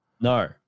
no